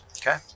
Okay